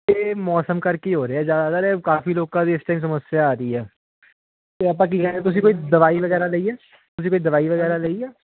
ਇਹ ਮੌਸਮ ਕਰਕੇ ਹੋ ਰਿਹਾ ਜ਼ਿਆਦਾਤਰ ਕਾਫੀ ਲੋਕਾਂ ਦੀ ਇਸ ਟਾਈਮ ਸਮੱਸਿਆ ਆ ਰਹੀ ਹੈ ਅਤੇ ਆਪਾਂ ਕੀ ਕਹਿ ਤੁਸੀਂ ਕੋਈ ਦਵਾਈ ਵਗੈਰਾ ਲਈ ਹੈ ਤੁਸੀਂ ਕੋਈ ਦਵਾਈ ਵਗੈਰਾ ਲਈ ਆ